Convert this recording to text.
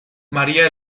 maría